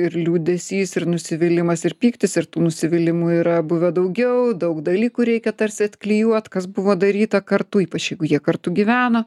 ir liūdesys ir nusivylimas ir pyktis ir tų nusivylimų yra buvę daugiau daug dalykų reikia tarsi atklijuot kas buvo daryta kartu ypač jeigu jie kartu gyveno